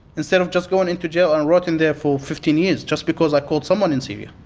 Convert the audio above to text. instead of just going into jail and rotting there for fifteen years just because i called someone in syria.